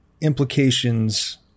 implications